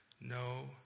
No